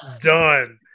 done